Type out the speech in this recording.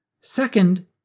Second